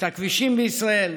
את הכבישים בישראל,